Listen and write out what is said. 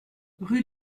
rue